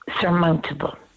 surmountable